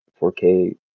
4K